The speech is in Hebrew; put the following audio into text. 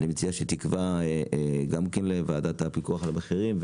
אני מציע שתקבע גם כן לוועדת הפיקוח על המחירים,